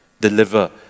deliver